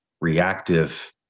reactive